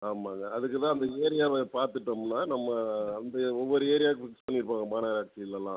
ஆமாம் சார் அதுக்கு தான் அந்த ஏரியாவை பார்த்துட்டோமுன்னா நம்ம வந்து ஒவ்வொரு ஏரியாவுக்கு ஃபிக்ஸ் பண்ணிருப்பாங்கள் மாநகராட்சியிலலாம்